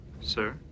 sir